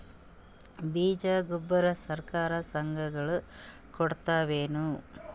ಬೀಜ ಗೊಬ್ಬರ ಸರಕಾರ, ಸಂಘ ಗಳು ಕೊಡುತಾವೇನು?